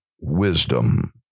wisdom